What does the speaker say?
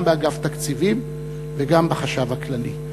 גם באגף תקציבים וגם בחשב הכללי,